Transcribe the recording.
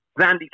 Zandy